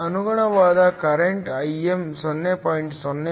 ಅನುಗುಣವಾದ current Im 0